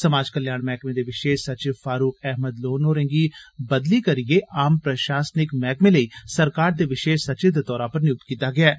समाज कल्याण मैह्कमें दे विशेष सचिव फारूक अहमद लोन होरें गी बदली करियै आम प्रशासनिक मैह्कमें लेई सरकार दे विशेष सचिव दे तौरे उप्पर नियुक्त कीता गेआ ऐ